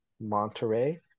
Monterey